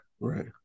Right